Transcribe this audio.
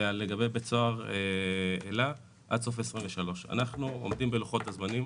ולגבי בית סוהר אלה עד סוף 23'. אנחנו עומדים בלוחות הזמנים